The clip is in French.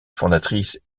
fondatrice